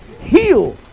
Heal